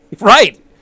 Right